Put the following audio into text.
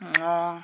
অঁ